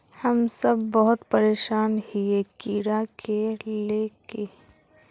हम सब बहुत परेशान हिये कीड़ा के ले के?